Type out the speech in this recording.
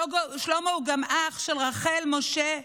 שלמה הוא גם אח של רחל, משה,